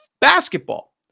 basketball